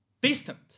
distant